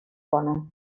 کنم